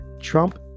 Trump